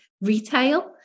retail